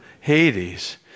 Hades